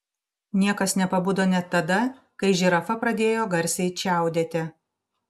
niekas nepabudo net tada kai žirafa pradėjo garsiai čiaudėti